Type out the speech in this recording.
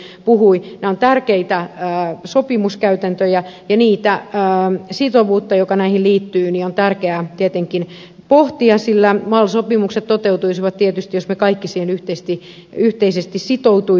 nämä ovat tärkeitä sopimuskäytäntöjä ja sitovuutta joka näihin liittyy on tärkeää tietenkin pohtia sillä mal sopimukset toteutuisivat tietysti jos me kaikki niihin yhteisesti sitoutuisimme